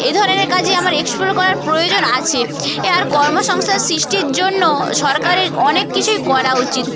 এ ধরনের কাজে আমার এক্সপ্লোর করার প্রয়োজন আছে এ আর কর্মসংস্থার সৃষ্টির জন্য সরকারের অনেক কিছুই করা উচিত